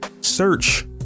search